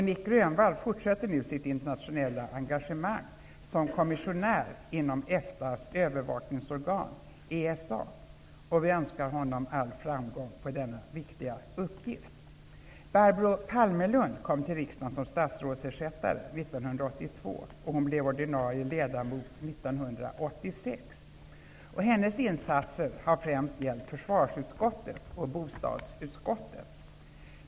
Nic Grönvall fortsätter nu sitt internationella engagemang som kommissionär inom EFTA:s övervakningsorgan ESA , och vi önskar honom all framgång på denna viktiga uppgift. Barbro Palmerlund kom till riksdagen som statsrådsersättare 1982, och hon blev ordinarie ledamot 1986. Hennes insatser har främst gällt försvarsutskottet och bostadsutskottet.